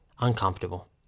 uncomfortable